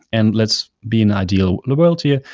and let's be an ideal world here,